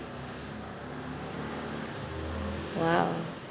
!wow!